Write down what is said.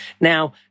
Now